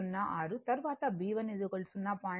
06 తరువాత b1 0